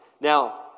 Now